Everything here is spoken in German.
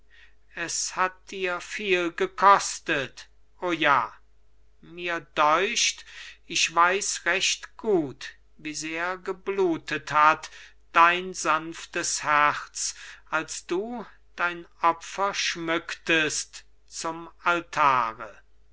es hat dir viel gekostet o ja mir deucht ich weiß recht gut wie sehr geblutet hat dein sanftes herz als du dein opfer schmücktest zum altare